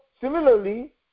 similarly